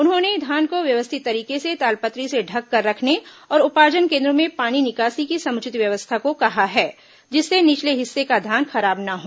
उन्होंने धान को व्यवस्थित तरीके से तालपत्री से ढक कर रखने और उपार्जन केन्द्रों में पानी निकासी की समुचित व्यवस्था को कहा है जिससे निचले हिस्से का धान खराब न हो